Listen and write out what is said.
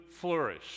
flourish